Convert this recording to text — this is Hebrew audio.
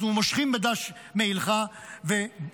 אנחנו מושכים בדש מעילך ומבקשים,